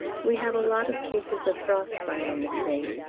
we have a lot of cases of frost-bite on the train.